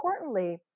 importantly